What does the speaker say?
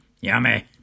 yummy